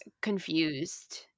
Confused